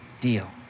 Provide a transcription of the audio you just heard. deal